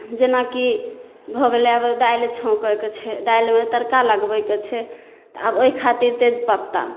जेनाकि भऽ गेलै कि आब दालि छौकैके छै दालिमे तड़का लगबैके छै आब एहि खातिर तेजपत्ता